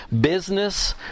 business